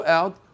out